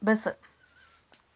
bus